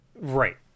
Right